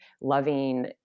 loving